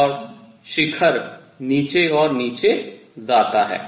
और शिखर नीचे और नीचे जाता है